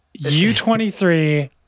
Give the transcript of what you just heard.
U23